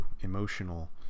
emotional